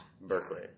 Berkeley